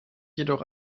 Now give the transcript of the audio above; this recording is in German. jedoch